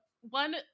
One